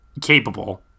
capable